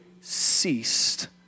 ceased